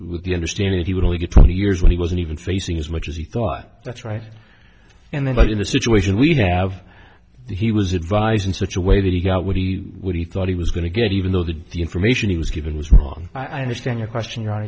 with the understanding of he would only get twenty years when he wasn't even facing as much as he thought that's right and they were in a situation we have he was advised in such a way that he got what he would he thought he was going to get even though the the information he was given was wrong i understand your question right